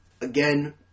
Again